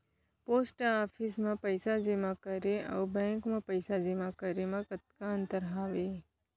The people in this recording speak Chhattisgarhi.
पोस्ट ऑफिस मा पइसा जेमा करे अऊ बैंक मा पइसा जेमा करे मा का अंतर हावे